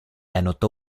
anotó